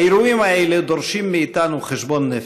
האירועים האלה דורשים מאיתנו חשבון נפש.